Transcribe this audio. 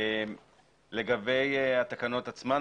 לגבי התקנות עצמן,